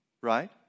Right